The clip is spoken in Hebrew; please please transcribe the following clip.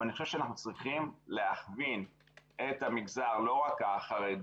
אבל אני חושב שאנחנו צריכים להכווין את המגזר לא רק החרדי,